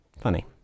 funny